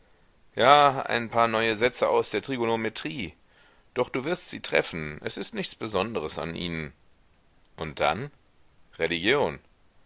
ja ein paar neue sätze aus der trigonometrie doch du wirst sie treffen es ist nichts besonderes an ihnen und dann religion